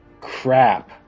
Crap